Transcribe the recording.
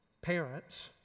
Parents